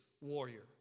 warrior